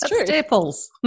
staples